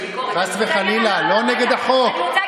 לא יהיו בה סממנים יהודיים.